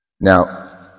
Now